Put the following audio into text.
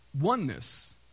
Oneness